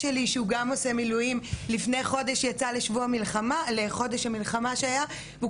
שלי שהוא גם עושה מילואים לפני חודש יצא לחודש של מלחמה שהיה והוא